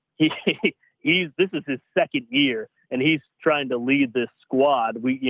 he's he's, this is his second year. and he's trying to lead this squad. we, you